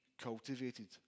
cultivated